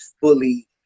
fully